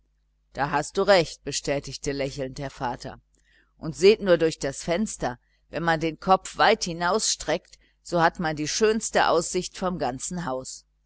da hast du recht bestätigte lächelnd der vater und seht nur durch das fenster wenn man den kopf weit hinausstreckt so hat man die schönste aussicht vom ganzen haus